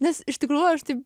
nes iš tikrųjų aš taip